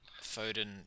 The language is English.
Foden